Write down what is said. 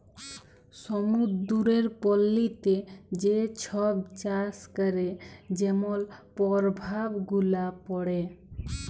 সমুদ্দুরের পলিতে যে ছব চাষ ক্যরে যেমল পরভাব গুলা পড়ে